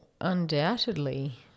undoubtedly